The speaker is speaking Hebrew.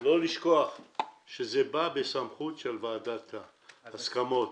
לא לשכוח שזה בא בסמכות של ועדת ההסכמות.